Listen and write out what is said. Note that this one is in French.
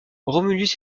romulus